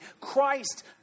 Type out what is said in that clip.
Christ